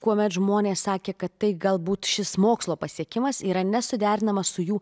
kuomet žmonės sakė kad tai galbūt šis mokslo pasiekimas yra nesuderinamas su jų